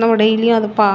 நம்ம டெய்லியும் அதை பா